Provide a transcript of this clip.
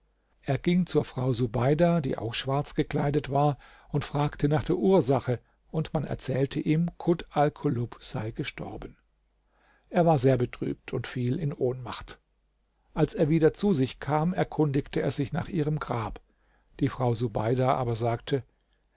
er ging zur frau subeida die auch schwarz gekleidet war und fragte nach der ursache und man erzählte ihm kut alkulub sei gestorben er war sehr betrübt und fiel in ohnmacht als er wieder zu sich kam erkundigte er sich nach ihrem grab die frau subeida aber sagte